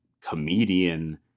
comedian